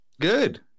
good